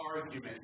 argument